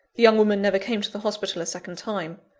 the young woman never came to the hospital a second time.